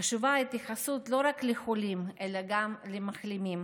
חשובה ההתייחסות לא רק לחולים, אלא גם למחלימים.